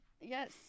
Yes